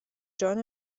جان